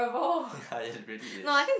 ya it really is